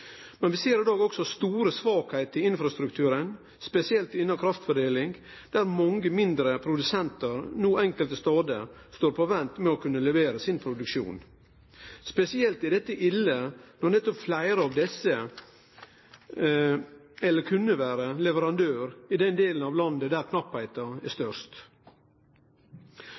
Men vi ser i dag òg store svakheiter i infrastrukturen, spesielt innan kraftfordeling, der mange mindre produsentar enkelte stader no står på vent med å kunne levere produksjonen sin. Dette er spesielt ille, for fleire av desse kunne nettopp vere leverandørar i den delen av landet der mangelen er størst.